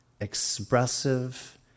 expressive